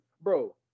bro